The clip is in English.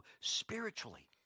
spiritually